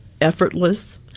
effortless